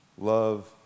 Love